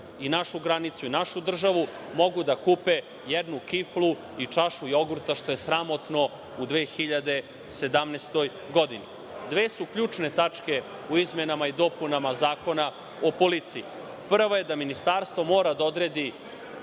i našu granicu i našu državu, mogu da kupe jednu kiflu i čašu jogurta, što je sramotno u 2017. godini. Dve su ključne tačke u izmenama i dopunama Zakona o policiji. Prva je da Ministarstvo mora da odredi